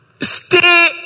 stay